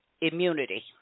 immunity